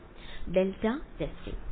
വിദ്യാർത്ഥി delta testing